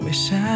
Wish